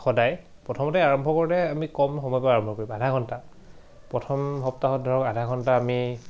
সদায় প্ৰথমতে আৰম্ভ কৰোতে আমি কম সময় পা আৰম্ভ কৰিম আধা ঘণ্টা প্ৰথম সপ্তাহত ধৰক আধা ঘণ্টা আমি